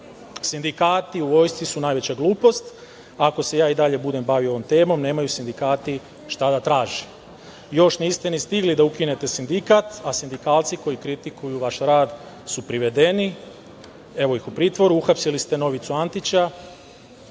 sindikati u vojsci su najveća glupost, ako se ja i dalje budem bavio ovom temom, nemaju sindikati šta da traže. Još niste ni stigli da ukinete sindikat, a sindikalci koji kritikuju vaš rad su privedeni, evo ih u pritvoru, uhapsili ste Novicu Antića.